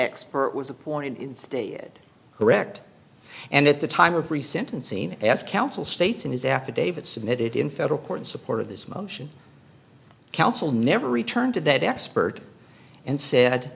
expert was appointed in stated correct and at the time of recent unseen as counsel states in his affidavit submitted in federal court in support of this motion counsel never returned to that expert and said